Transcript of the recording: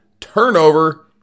Turnover